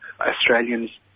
Australians